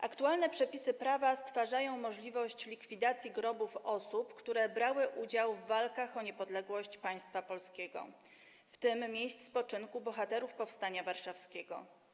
Aktualne przepisy prawa stwarzają możliwość likwidacji grobów osób, które brały udział w walkach o niepodległość państwa polskiego, w tym miejsc spoczynku bohaterów powstania warszawskiego.